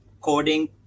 coding